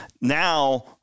Now